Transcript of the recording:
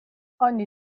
ogni